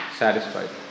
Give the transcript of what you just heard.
satisfied